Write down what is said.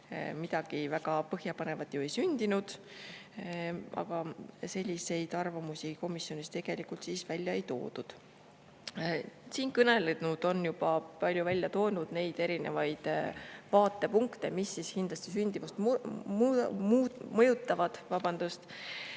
midagi väga põhjapanevat ei sündinud, aga selliseid arvamusi komisjonis tegelikult välja ei toodud. Siinkõnelnud on juba välja toonud erinevaid [aspekte], mis kindlasti sündimust mõjutavad. Nende